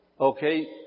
Okay